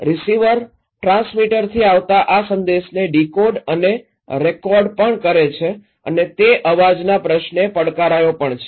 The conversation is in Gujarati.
રીસીવર ટ્રાંસ્મીટરથી આવતા આ સંદેશને ડીકોડ અને રિકોડ પણ કરે છે અને તે અવાજના પ્રશ્ને પડકારાયો પણ છે